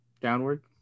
downward